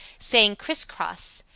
saying, criss cross.